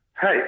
Hey